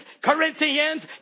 Corinthians